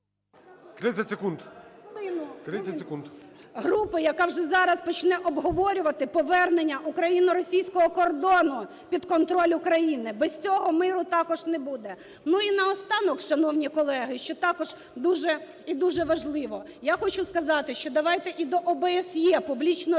І.В. … групи, яка вже зараз почне обговорювати повернення україно-російського кордону під контроль України. Без цього миру також не буде. І наостанок, шановні колеги, що також дуже і дуже важливо, я хочу сказати, що давайте і до ОБСЄ публічно звернемося.